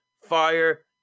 fire